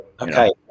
okay